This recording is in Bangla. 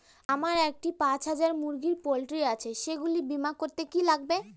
আমার একটি পাঁচ হাজার মুরগির পোলট্রি আছে সেগুলি বীমা করতে কি লাগবে?